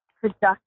productive